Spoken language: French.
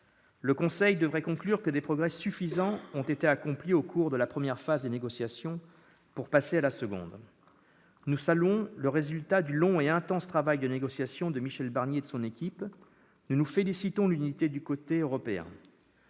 européen devrait conclure que des progrès suffisants ont été accomplis au cours de la première phase des négociations pour passer à la seconde. Nous saluons le résultat du long et intense travail de négociation de Michel Barnier et de son équipe ; nous nous félicitons de l'unité dont